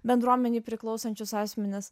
bendruomenei priklausančius asmenis